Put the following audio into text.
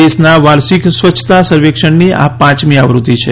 દેશના વાર્ષિક સ્વચ્છતા સર્વેક્ષણની આ પાંચમી આવૃત્તિ છે